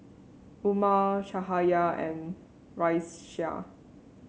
Umar Cahaya and Raisya